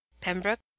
Pembroke